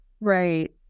Right